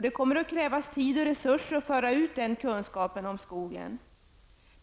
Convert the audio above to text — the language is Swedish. Det kommer att krävas tid och resurser att föra ut ny kunskap om skogen.